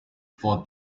for